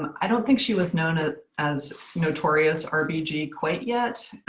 i don't think she was known ah as notorious ah rbg quite yet.